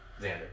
Xander